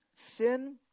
Sin